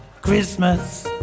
Christmas